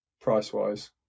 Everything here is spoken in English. price-wise